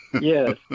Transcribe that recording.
Yes